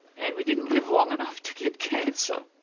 and we didn't live long enough to get cancer,